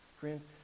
Friends